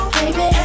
baby